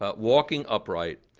ah walking upright.